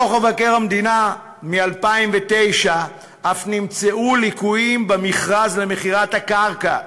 בדוח מבקר המדינה מ-2009 אף נמצאו ליקויים במכרז למכירת הקרקע,